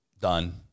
done